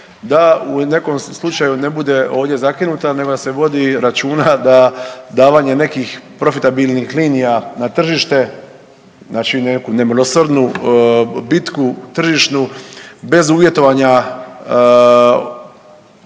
da u nekom slučaju ne bude ovdje zakinuta nego da se vodi računa da davanje nekih profitabilnih linija na tržište, znači neku nemilosrdnu bitku tržišnu bez uvjetovanja